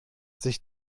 sich